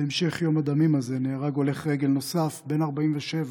בהמשך יום הדמים הזה נהרג הולך רגל נוסף, בן 47,